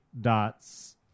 dots